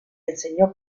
enseñó